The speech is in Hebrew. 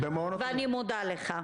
ואני מודה לך.